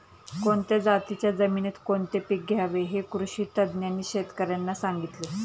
कोणत्या जातीच्या जमिनीत कोणते पीक घ्यावे हे कृषी तज्ज्ञांनी शेतकर्यांना सांगितले